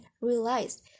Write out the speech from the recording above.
realized